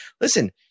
listen